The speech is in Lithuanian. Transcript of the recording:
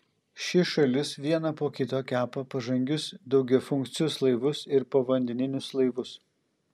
ši šalis vieną po kito kepa pažangius daugiafunkcius laivus ir povandeninius laivus